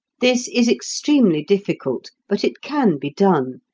this is extremely difficult, but it can be done,